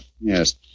Yes